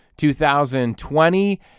2020